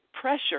pressure